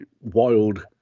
wild